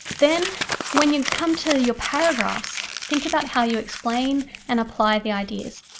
then when you come to your paragraphs, think about how you explain and apply the ideas.